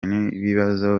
n’ibibazo